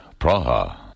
Praha